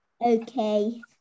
Okay